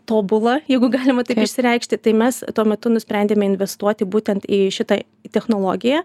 tobula jeigu galima išsireikšti tai mes tuo metu nusprendėme investuoti būtent į šitą technologiją